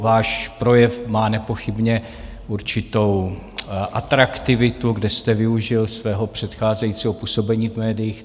Váš projev má nepochybně určitou atraktivitu, kde jste využil svého předcházejícího působení v médiích.